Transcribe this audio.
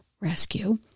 rescue